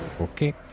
Okay